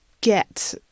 get